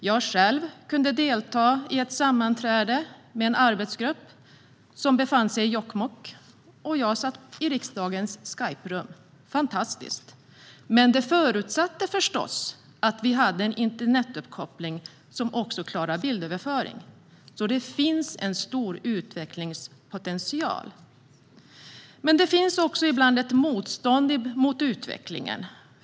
Jag själv kunde delta i ett sammanträde med en arbetsgrupp som befann sig i Jokkmokk. Jag satt i riksdagens Skyperum - fantastiskt. Men detta förutsatte förstås att vi hade en internetuppkoppling som klarade bildöverföring. Det finns en stor utvecklingspotential. Men det finns ibland ett motstånd mot utvecklingen.